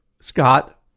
Scott